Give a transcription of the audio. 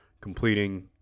completing